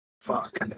Fuck